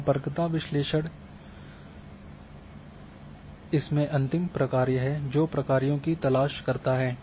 सम्पर्कता विश्लेषण इसमें अंतिम प्रक्रिया है जो प्रक्रियाों की तलाश करता है